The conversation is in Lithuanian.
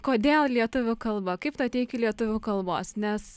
kodėl lietuvių kalba kaip tu atėjai iki lietuvių kalbos nes